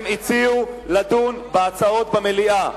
הם הציעו לדון בהצעות במליאה.